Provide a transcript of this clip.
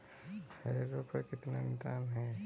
Harrow पर कितना अनुदान है?